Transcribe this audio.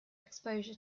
exposure